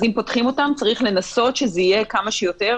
אז צריך לנסות שזה יהיה כמה שיותר